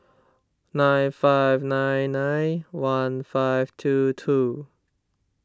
nine five nine nine one five two two